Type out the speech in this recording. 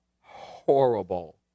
horrible